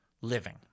living